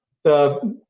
the